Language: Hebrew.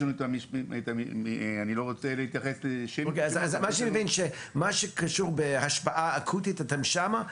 אני מבין שמה שקשור בהשפעה אקוטית אתם שם,